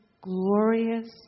glorious